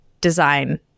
design